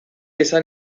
esan